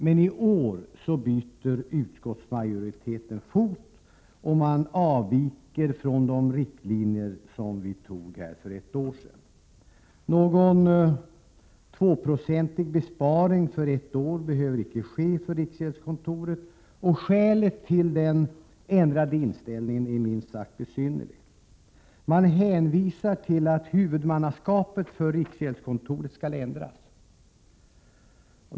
Men i år byter utskottsmajoriteten fot, och avviker från de riktlinjer som riksdagen antog för ett år sedan. Utskottsmajoriteten anser nu att riksgäldskontoret inte behöver göra någon 2-procentig besparing. Skälet till utskottsmajoritetens ändrade inställning är minst sagt besynnerlig. Man hänvisar till att huvudmannaskapet för riksgäldskontoret skall ändras.